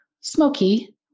smoky